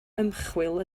ymchwil